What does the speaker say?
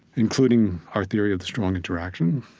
including our theory of the strong interaction.